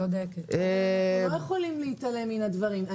אנחנו לא יכולים להתעלם מן הדברים.